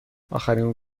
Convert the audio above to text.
آخرین